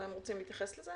אולי הם רוצים להתייחס לזה?